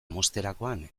mozterakoan